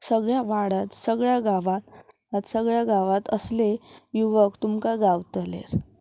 सगळ्या वाड्यांत सगळ्या गांवांत सगळ्या गांवांत असले युवक तुमकां गावतले